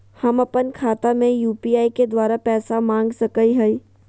हम अपन खाता में यू.पी.आई के द्वारा पैसा मांग सकई हई?